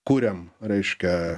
kuriam reiškia